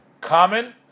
common